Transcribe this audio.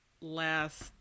last